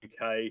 uk